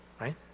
right